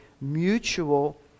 mutual